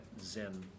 zen